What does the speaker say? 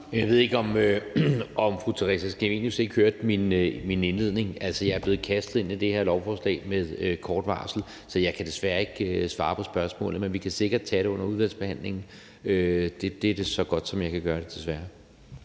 Jeg ved ikke, om fru Theresa Scavenius ikke hørte min indledning. Jeg er blevet kastet ind i det her lovforslag med kort varsel. Så jeg kan desværre ikke svare på spørgsmålet, men vi kan sikkert tage det under udvalgsbehandlingen. Det er desværre så godt, som jeg kan gøre det. Kl.